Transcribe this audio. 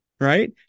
right